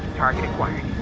target acquired.